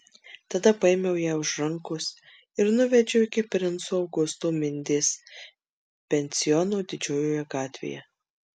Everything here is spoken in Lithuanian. tada paėmiau ją už rankos ir nuvedžiau iki princo augusto mindės pensiono didžiojoje gatvėje